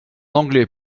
anglais